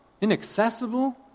inaccessible